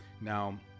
Now